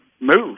move